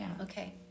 okay